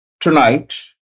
tonight